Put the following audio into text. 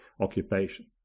occupation